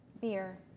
Beer